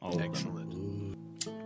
Excellent